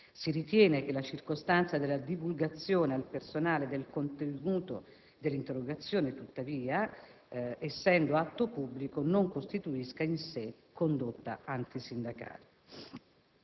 Si ritiene che la circostanza della divulgazione al personale del contenuto dell'interrogazione parlamentare, tuttavia, essendo atto pubblico, non costituisca in sé condotta antisindacale.